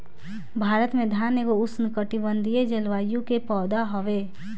भारत में धान एगो उष्णकटिबंधीय जलवायु के पौधा हवे